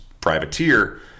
privateer